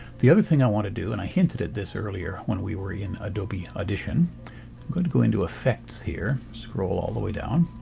the other thing i want to do and i hinted this earlier when we were in adobe audition i'm going to go into effects here, scroll all the way down,